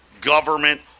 government